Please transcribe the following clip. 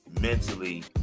mentally